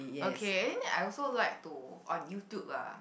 okay I mean I also like to on YouTube ah